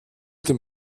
den